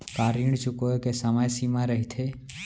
का ऋण चुकोय के समय सीमा रहिथे?